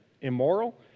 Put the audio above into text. immoral